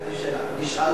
ראש הממשלה